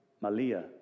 Malia